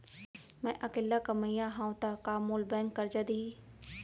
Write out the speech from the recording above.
मैं अकेल्ला कमईया हव त का मोल बैंक करजा दिही?